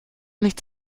nichts